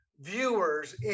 viewers